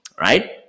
Right